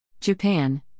Japan